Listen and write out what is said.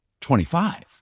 25